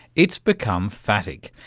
it's become phatic.